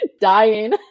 dying